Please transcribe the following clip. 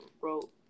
wrote